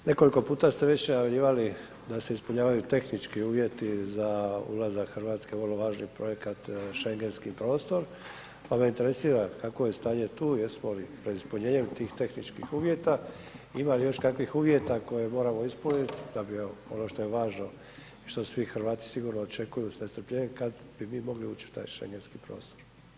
Nekoliko puta ste već najavljivali da se ispunjavaju tehnički uvjeti za ulazak Hrvatske u vrlo važan projekat schengenski prostor pa me interesira kakvo je stanje tu, jesmo li pred ispunjenjem tih tehničkih uvjeta, ima li još kakvih uvjeta koje moramo ispuniti da bi ono što je važno, što svi Hrvati sigurno očekuju sa nestrpljenjem, kad bi mi mogli ući u taj schengenski prostor?